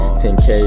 10k